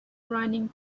running